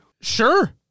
Sure